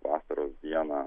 vasaros dieną